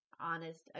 Honest